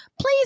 please